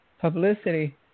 publicity